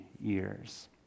years